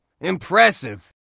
Impressive